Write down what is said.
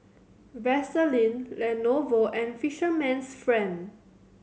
Vaseline Lenovo and Fisherman's Friend